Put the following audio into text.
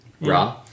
Raw